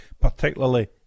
Particularly